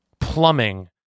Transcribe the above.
plumbing